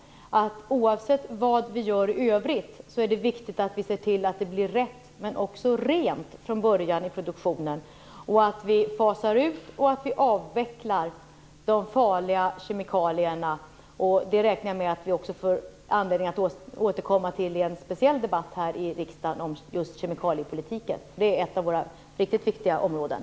Oavsett vad vi gör i övrigt är det viktigt att vi ser till att det blir rätt men också rent från början i produktionen och att vi fasar ut och att vi avvecklar de farliga kemikalierna. Jag räknar med att vi får anledning att återkomma till detta i en speciell debatt här i riksdagen om kemikaliepolitiken. Det är ett av våra riktigt viktiga områden.